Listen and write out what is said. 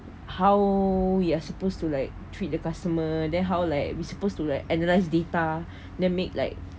how we are supposed to like treat the customer then how like we supposed to like analyse data then make like